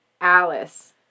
Alice